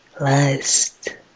lust